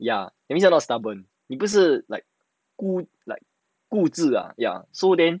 ya that means you are not stubborn 你不是 like like 固执 ah ya so then